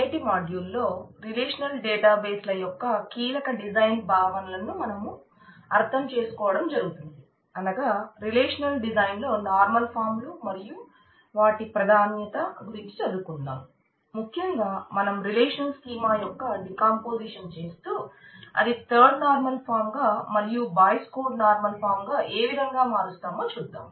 నేటి మాడ్యూల్ లో relational database గా ఏ విధంగా మారుస్తామో చూద్దాం